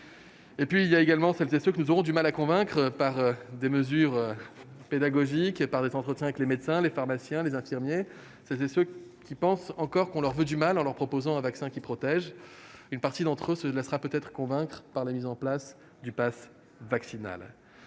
pas le pas. Restent, enfin, ceux que nous aurons du mal à convaincre par des mesures pédagogiques et par des entretiens avec des médecins, des pharmaciens, des infirmiers, ceux qui pensent encore qu'on leur veut du mal en leur proposant un vaccin qui protège. Une partie d'entre eux se laissera peut-être convaincre par la mise en place du passe vaccinal,